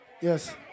Yes